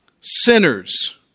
Sinners